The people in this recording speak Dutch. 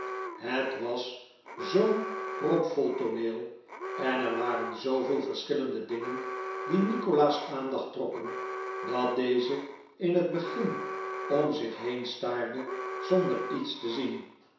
het was zoo'n propvol tooneel en er waren zooveel verschillende dingen die nikolaas aandacht trokken dat deze in het begin om zich heen staarde zonder iets te zien